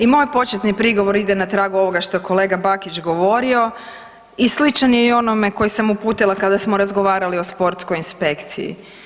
I moj početni prigovor ide na tragu ovoga što kolega je Bakić govorio i sličan je i onome koji sam uputila kada smo razgovarali o sportskoj inspekciji.